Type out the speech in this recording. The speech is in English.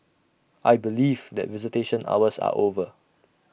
I believe that visitation hours are over